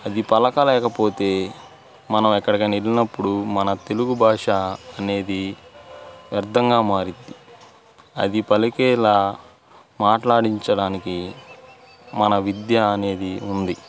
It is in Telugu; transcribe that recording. అది పలుకలేకపోతే మనం ఎక్కడికి అయిన వెళ్ళినప్పుడు మన తెలుగు భాష అనేది వ్యర్థంగా మారుద్ది అది పలికేలాగ మాట్లాడించడానికి మన విద్య అనేది ఉంది